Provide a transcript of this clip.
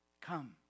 come